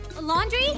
Laundry